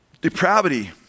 depravity